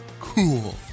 cool